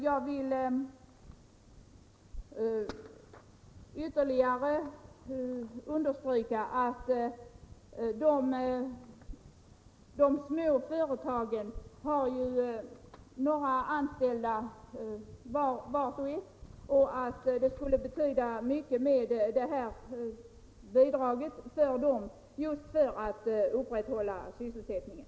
Jag vill också understryka att de små företagen i övrigt vanligen har någon eller några anställda och att bidraget skulle betyda mycket för dem just för att upprätthålla sysselsättningen.